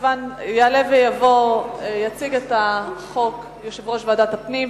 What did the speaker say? יציג את החוק יושב-ראש ועדת הפנים,